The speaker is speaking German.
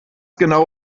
genau